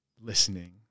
listening